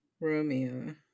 Romeo